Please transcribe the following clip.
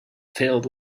filled